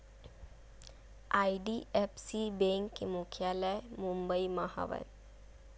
IDFC bank के मुख्यालय मुबई म हवय